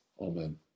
amen